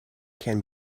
can